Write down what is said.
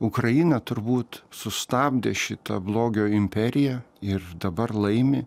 ukraina turbūt sustabdė šitą blogio imperiją ir dabar laimi